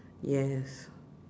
yes